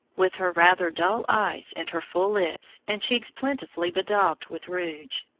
with her rather dull eyes and her full lips, and cheeks plentifully bedaubed with rouge.